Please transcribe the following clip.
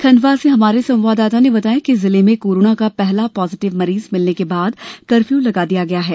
खंडवा से हमारे संवाददाता ने बताया है कि जिले में कोरोना का पहला पॉजीटिव मरीज मिलने के बाद कफ़र्यू लगा दिया गया है